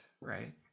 right